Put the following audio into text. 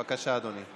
בבקשה, אדוני.